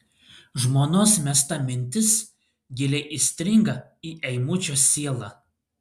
žmonos mesta mintis giliai įstringa į eimučio sielą